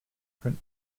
print